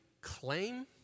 claim